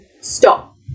stop